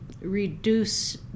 reduce